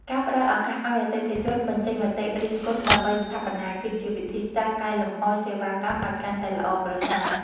ការផ្តល់ឱកាសឱ្យអតិថិជនបញ្ចេញមតិរិះគន់ដើម្បីស្ថាបនា គឺជាវិធីសាស្ត្រកែលម្អសេវាកម្មឱ្យកាន់តែល្អប្រសើរ។